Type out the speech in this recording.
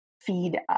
feed